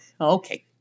Okay